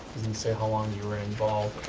doesn't say how long you were involved